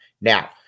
Now